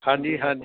ਹਾਂਜੀ ਹਾਂਜੀ